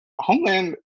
Homeland